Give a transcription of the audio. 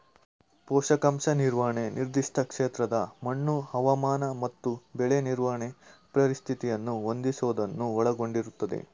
ಪೋಷಕಾಂಶ ನಿರ್ವಹಣೆ ನಿರ್ದಿಷ್ಟ ಕ್ಷೇತ್ರದ ಮಣ್ಣು ಹವಾಮಾನ ಮತ್ತು ಬೆಳೆ ನಿರ್ವಹಣೆ ಪರಿಸ್ಥಿತಿನ ಹೊಂದಿಸೋದನ್ನ ಒಳಗೊಂಡಿರ್ತದೆ